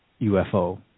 UFO